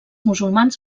musulmans